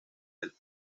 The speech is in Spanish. del